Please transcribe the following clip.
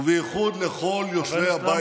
ובייחוד לכל יושבי הבית הזה.